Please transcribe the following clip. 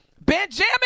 Benjamin